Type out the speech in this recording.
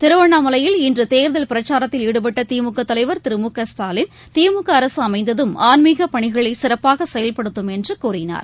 திருவண்ணாமலையில் இன்றுதேர்தல் பிரச்சாரத்தில் ஈடுபட்டதிமுகதலைவர் திரு மு க ஸ்டாலின் திமுகஅரசுஅமைந்ததும் ஆன்மிகபணிகளைசிறப்பாகசெயல்படுத்தும் என்றுகூறினார்